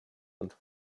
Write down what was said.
und